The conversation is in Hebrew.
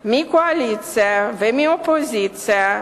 מהקואליציה ומהאופוזיציה,